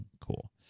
cool